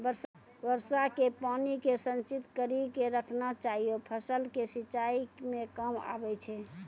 वर्षा के पानी के संचित कड़ी के रखना चाहियौ फ़सल के सिंचाई मे काम आबै छै?